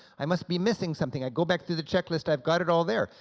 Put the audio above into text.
i must be missing something, i go back to the checklist, i've got it all there.